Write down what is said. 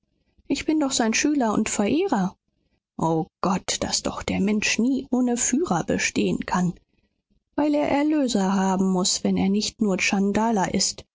ich bin doch sein schüler und verehrer o gott daß doch der mensch nie ohne führer bestehen kann weil er erlöser haben muß wenn er nicht nur tschandala ist